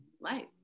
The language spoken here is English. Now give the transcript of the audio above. life